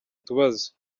tubazo